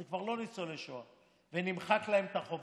זה כבר לא ניצולי שואה, ונמחק להם את החובות.